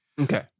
Okay